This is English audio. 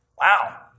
Wow